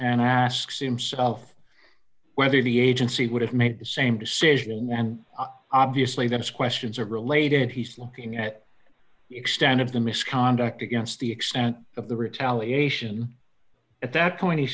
and asks himself whether the agency would have made the same decision then obviously those questions are related he said looking at extent of the misconduct against the extent of the retaliation at that point he